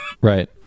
Right